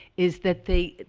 is that they,